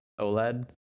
OLED